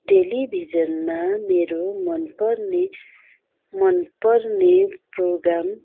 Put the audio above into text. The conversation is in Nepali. टेलिभिजनमा मेरो मन पर्ने मन पर्ने प्रोग्राम